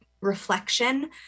reflection